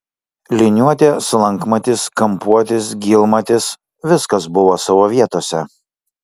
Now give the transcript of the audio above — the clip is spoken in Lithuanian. liniuotė slankmatis kampuotis gylmatis viskas buvo savo vietose